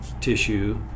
tissue